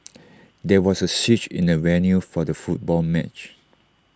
there was A switch in the venue for the football match